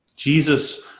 Jesus